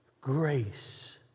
grace